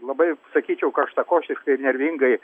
labai sakyčiau karštakošiškai nervingai